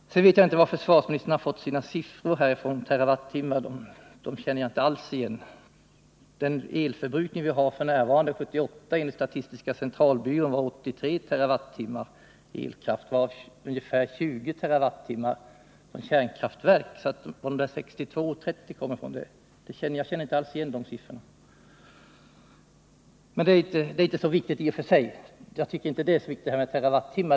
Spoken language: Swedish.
Jag vet inte varifrån försvarsministern har fått sina sifferuppgifter i fråga om terawattimmar — dem känner jag inte alls igen. Vår elförbrukning 1978 var enligt statistiska centralbyrån 83 TWh, varav ungefär 20 TWh från kärnkraftverk. Siffrorna 62 och 30 känner jag som sagt inte alls igen. Men jag tycker inte att detta med terawattimmar är så viktigt i och för sig.